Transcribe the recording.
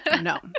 no